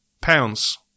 pounds